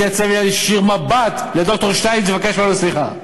ולהישיר מבט אל ד"ר שטייניץ ולבקש ממנו סליחה,